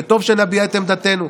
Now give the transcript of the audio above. טוב שנביע את עמדתנו.